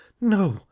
no